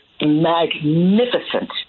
magnificent